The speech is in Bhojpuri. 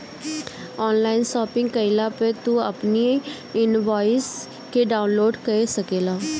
ऑनलाइन शॉपिंग कईला पअ तू अपनी इनवॉइस के डाउनलोड कअ सकेला